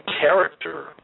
Character